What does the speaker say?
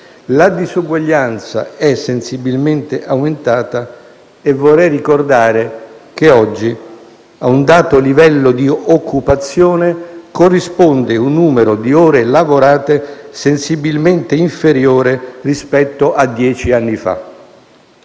la disuguaglianza è sensibilmente aumentata e vorrei ricordare che oggi a un dato livello di occupazione corrisponde un numero di ore lavorate sensibilmente inferiore rispetto a dieci anni fa.